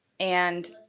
and